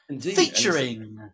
featuring